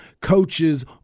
coaches